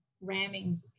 ramming